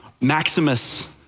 Maximus